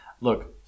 Look